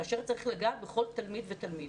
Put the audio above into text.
כאשר צריך לגעת בכל תלמיד ותלמיד.